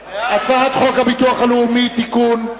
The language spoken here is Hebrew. על הצעת חוק הביטוח הלאומי (תיקון,